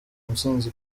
ntsinzi